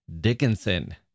Dickinson